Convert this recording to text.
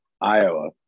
Iowa